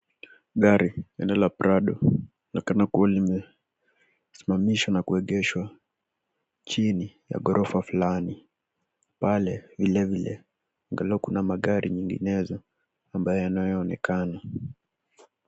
Gari, aina la prado linaonekana kuwa limesimamishwa na kuegeshwa chini ya ghorofa fulani. Pale vilevile angalau kuna magari nyinginezo ambayo yanayoonekana.